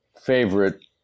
favorite